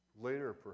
later